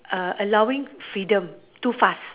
uh allowing freedom too fast